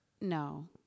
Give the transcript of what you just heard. No